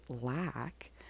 lack